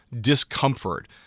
discomfort